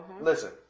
listen